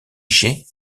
jay